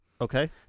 Okay